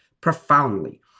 profoundly